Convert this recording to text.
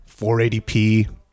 480p